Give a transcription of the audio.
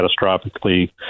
catastrophically